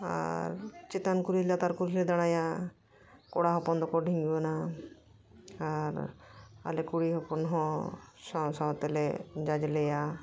ᱟᱨ ᱪᱮᱛᱟᱱ ᱠᱩᱞᱦᱤ ᱞᱟᱛᱟᱨ ᱠᱩᱞᱦᱤᱞᱮ ᱫᱟᱬᱟᱭᱟ ᱠᱚᱲᱟ ᱦᱚᱯᱚᱱ ᱫᱚᱠᱚ ᱰᱷᱤᱸᱜᱟᱹᱱᱟ ᱟᱨ ᱟᱞᱮ ᱠᱩᱲᱤ ᱦᱚᱯᱚᱱ ᱦᱚᱸ ᱥᱟᱶ ᱥᱟᱶ ᱛᱮᱞᱮ ᱡᱟᱡᱽᱞᱮᱭᱟ